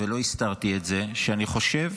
ולא הסתרתי את זה שאני חושב